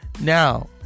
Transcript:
Now